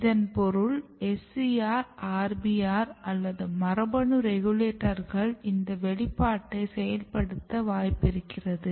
இதன் பொருள் SCR RBR அல்லது மரபணு ரெகுலேட்டர்கள் இந்த வெளிப்பாட்டை செயல்படுத்த வாய்ப்பிருக்கிறது